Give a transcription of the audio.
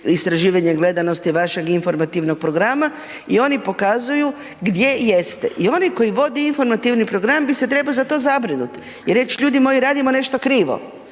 istraživanje gledanosti vašeg informativnog programa i oni pokazuju gdje jeste. I oni koji vode informativni program bi se trebao za to zabrinut i reć ljudi moji radimo nešto krivo.